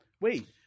Wait